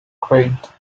quaint